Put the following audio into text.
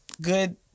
good